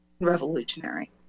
revolutionary